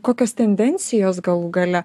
kokios tendencijos galų gale